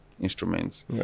instruments